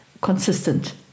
consistent